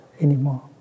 anymore